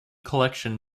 collection